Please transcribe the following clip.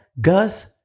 gus